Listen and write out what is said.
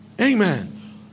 Amen